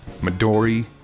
Midori